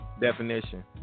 definition